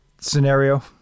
scenario